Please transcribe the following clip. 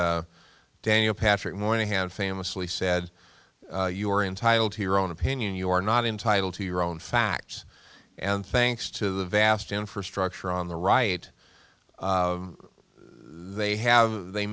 and daniel patrick moynihan famously said you are entitled to your own opinion you are not entitled to your own facts and thanks to the vast infrastructure on the right they have they